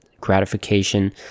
gratification